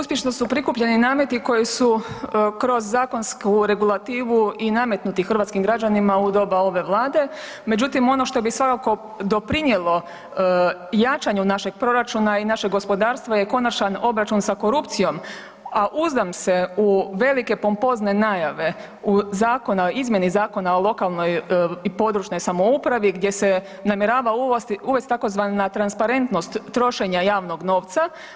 Uspješno su prikupljeni nameti koji su kroz zakonsku regulativu i nametnuti hrvatskim građanima u doba ove Vlade, međutim ono što bi svakako doprinijelo jačanju našeg proračuna i našeg gospodarstva je konačan obračun sa korupcijom, a uzdam se u velike i pompozne najave izmjeni Zakona o lokalnoj i područnoj samoupravi gdje se namjerava uvesti tzv. transparentnost trošenja javnog novca.